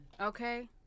Okay